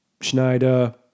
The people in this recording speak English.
Schneider